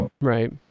right